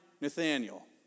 Nathaniel